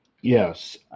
Yes